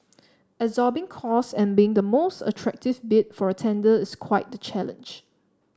absorbing costs and being the most attractive bid for a tender is quite the challenge